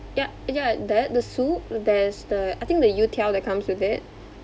ya ya that the soup there's the I think the youtiao that comes with it